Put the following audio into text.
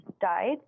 died